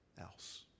else